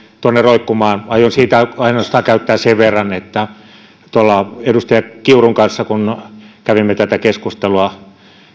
tuonne roikkumaan aion sitä käyttää ainoastaan sen verran että sanon että kun edustaja kiurun kanssa kävimme tätä keskustelua